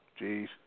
Jeez